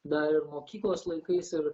dar ir mokyklos laikais ir